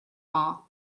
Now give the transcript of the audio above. all